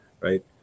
right